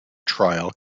trial